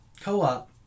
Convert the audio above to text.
co-op